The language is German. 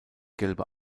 gelbe